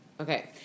Okay